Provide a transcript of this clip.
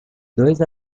dois